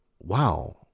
wow